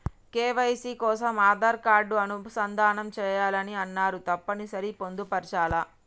KYC కోసం Aadhaar card అనుసంధానం చేయాలని అన్నరు తప్పని సరి పొందుపరచాలా?